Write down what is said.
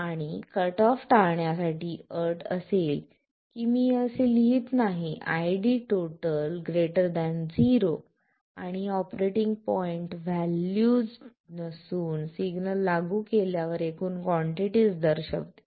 आणि cut off टाळण्यासाठी अट असेल की मी असे लिहित नाही की ID 0 आणि हे ऑपरेटिंग पॉईंट व्हॅल्यूचे नसून सिग्नल लागू केल्यावर एकूण कॉन्टिटीस दर्शवते